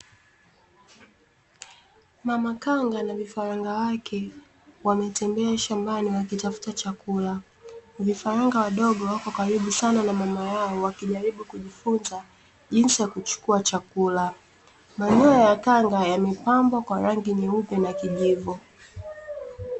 Mama kanga na vifaranga wake wametembea shambani wakitafuta chakula. Vifaranga wadogo wako karibu sana na mama yao wakijaribu kujifunza jinsi ya kuchukua chakula. Manyoya ya kanga yamepambwa kwa rangi nyeupe na kijivu.